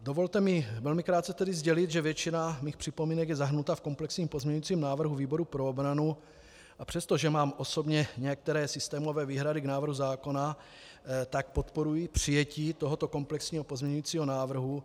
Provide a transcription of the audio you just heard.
Dovolte mi velmi krátce sdělit, že většina mých připomínek je zahrnuta v komplexním pozměňujícím návrhu výboru pro obranu, a přestože mám osobně některé systémové výhrady k návrhu zákona, tak podporuji přijetí tohoto komplexního pozměňujícího návrhu.